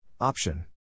Option